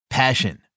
Passion